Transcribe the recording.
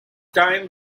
time